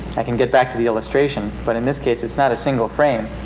i can get back to the illustration, but in this case it's not a single frame,